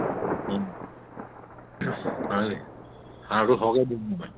হয় নেকি সাৰটো হোৱাকৈ দিম মানে